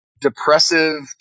depressive